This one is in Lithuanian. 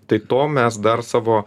tai to mes dar savo